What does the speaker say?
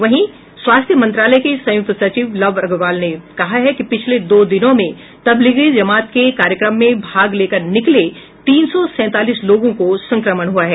वहीं स्वास्थ्य मंत्रालय के संयुक्त सचिव लव अग्रवाल ने कहा है कि पिछले दो दिनों में तबलीगी जमात के कार्यक्रम में भाग लेकर निकले तीन सौ सैंतालीस लोगों को संक्रमण हुआ है